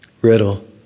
Riddle